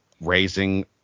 raising